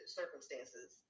circumstances